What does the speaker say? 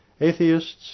atheists